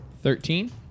Thirteen